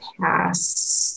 pass